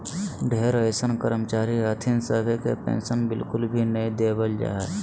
ढेरो अइसन कर्मचारी हथिन सभे के पेन्शन बिल्कुल भी नय देवल जा हय